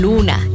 Luna